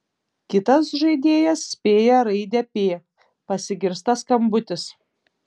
kitas žaidėjas spėja raidę p pasigirsta skambutis